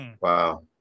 Wow